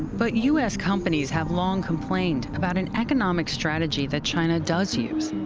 but u s. companies have long complained about an economic strategy that china does use.